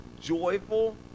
Joyful